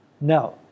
No